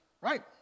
right